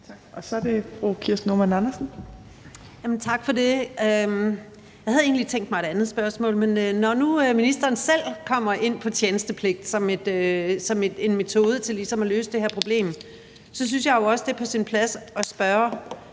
Tak for det. Jeg havde egentlig tænkt mig at stille et andet spørgsmål, men når nu ministeren selv kommer ind på tjenestepligt som en metode til ligesom at løse det her problem, så synes jeg jo også, det er på sin plads at spørge